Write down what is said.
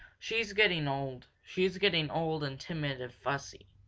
she's getting old. she's getting old and timid and fussy,